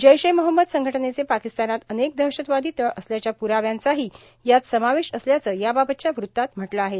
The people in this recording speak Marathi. जैश ए मोहम्मद संघटनेचे पाकिस्तानात अनेक दहशतवादी तळ असल्याच्या प्रराव्यांचाही यात समावेश असल्याचं याबाबतच्या वृत्तात म्हटलं आहे